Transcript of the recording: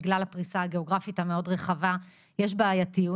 בגלל הפריסה הגיאוגרפית המאוד רחבה יש בעיתיות.